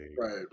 right